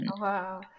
wow